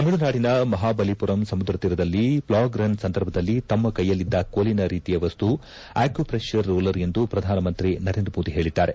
ತಮಿಳುನಾಡಿನ ಮಹಾಬಲಿಮರಂ ಸಮುದ್ರ ತೀರದಲ್ಲಿ ಪ್ಲಾಗ್ ರನ್ ಸಂದರ್ಭದಲ್ಲಿ ತಮ್ಮ ಕೈಯಲ್ಲಿದ್ದ ಕೋಲಿನ ರೀತಿಯ ವಸ್ತು ಆಕ್ಯುಪ್ರೆಷರ್ ರೋಲರ್ ಎಂದು ಪ್ರಧಾನಮಂತ್ರಿ ನರೇಂದ್ರ ಮೋದಿ ಹೇಳಿದ್ದಾರೆ